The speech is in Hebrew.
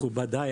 מכובדי,